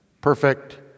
perfect